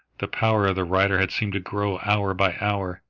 the power of the writer had seemed to grow, hour by hour.